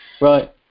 Right